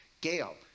Gail